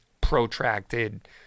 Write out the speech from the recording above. protracted